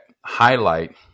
highlight